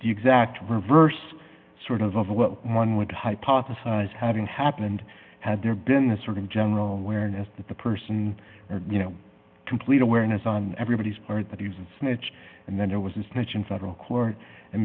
the exact reverse sort of of what one would hypothesize having happened had there been a sort of general awareness that the person or you know complete awareness on everybody's part that he was a snitch and then there was this ledge in federal court and